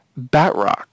Batrock